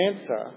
answer